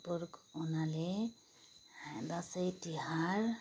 पूर्वको हुनाले हा दसैँ तिहार